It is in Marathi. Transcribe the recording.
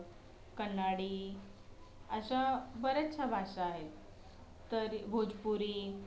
कन्नड अशा बऱ्याचशा भाषा आहेत तर भोजपुरी